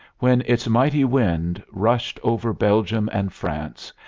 when its mighty wind rushed over belgium and france,